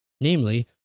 namely